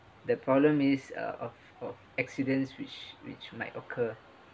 the problem is uh of of accidents which which might occur